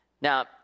Now